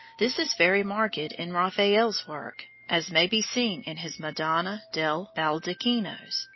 this is very marked in raphael's work, as may be seen in his madonna del baldacchino,